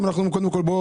אני מבקש, מי רוצה?